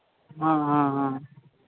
हाँ हाँ हाँ